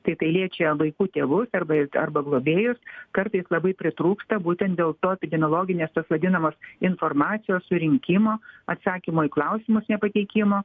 tai tai liečia vaikų tėvus arba ir arba globėjus kartais labai pritrūksta būtent dėl to epidemiologinės tos vadinamos informacijos surinkimo atsakymo į klausimus nepateikimo